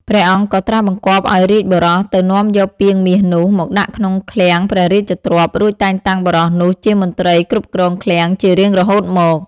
ព្រះអង្គក៏ត្រាស់បង្គាប់ឲ្យរាជបុរសទៅនាំយកពាងមាសនោះ មកដាក់ក្នុងឃ្លាំងព្រះរាជទ្រព្យ រួចតែងតាំងបុរសនោះជាមន្ត្រីគ្រប់គ្រងឃ្លាំងជារៀងរហូតមក ។